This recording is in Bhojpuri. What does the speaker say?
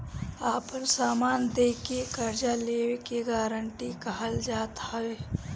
आपन समान दे के कर्जा लेवे के गारंटी कहल जात हवे